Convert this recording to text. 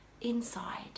inside